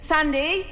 Sandy